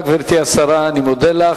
תודה, גברתי השרה, אני מודה לך.